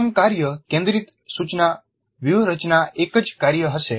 ન્યૂનતમ કાર્ય કેન્દ્રિત સૂચના વ્યૂહરચના એક જ કાર્ય હશે